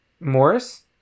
Morris